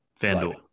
FanDuel